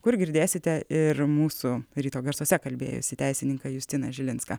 kur girdėsite ir mūsų ryto garsuose kalbėjusį teisininką justiną žilinską